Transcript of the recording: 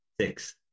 Six